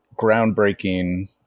groundbreaking